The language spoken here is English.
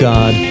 God